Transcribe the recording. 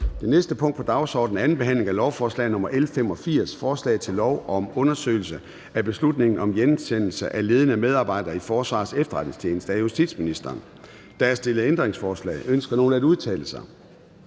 Det næste punkt på dagsordenen er: 27) 2. behandling af lovforslag nr. L 85: Forslag til lov om undersøgelse af beslutningen om hjemsendelse af ledende medarbejdere i Forsvarets Efterretningstjeneste. Af justitsministeren (Peter Hummelgaard). (Fremsættelse